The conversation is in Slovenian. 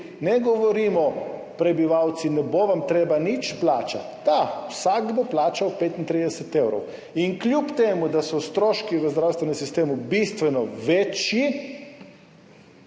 ne govorimo: prebivalci, ne bo vam treba nič plačati. Da, vsak bo plačal 35 evrov. In kljub temu da so stroški v zdravstvenem sistemu bistveno večji,